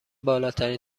بالاترین